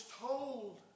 told